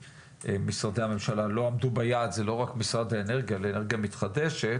משרדי הממשלה לא עמדו ביעד זה לא רק משרד האנרגיה לאנרגיה מתחדשת,